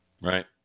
right